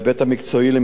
למיגור התופעה,